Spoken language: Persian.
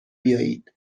بیایید